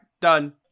done